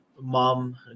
mom